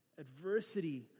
Adversity